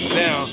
now